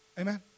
Amen